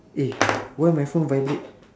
eh why my phone vibrate